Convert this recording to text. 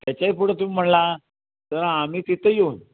त्याच्याही पुढं तुम्ही म्हणाला तर आम्ही तिथं येऊन